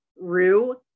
Rue